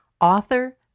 author